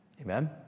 Amen